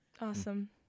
Awesome